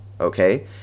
okay